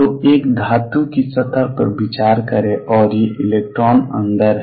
तो एक धातु की सतह पर विचार करें और ये इलेक्ट्रॉन अंदर हैं